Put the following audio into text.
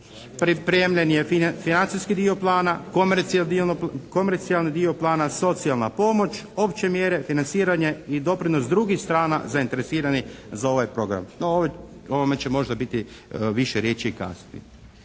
pripremanje financijski dio plana, komercijalni dio plana, socijalna pomoć, opće mjere, financiranje i doprinos drugih strana zainteresiranih za ovaj program, no o ovome će možda biti više riječi i kasnije.